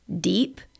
deep